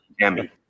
Emmy